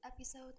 episode